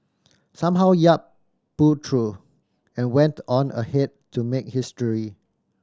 somehow Yap pulled through and went on ahead to make history